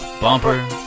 bumper